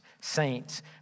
saints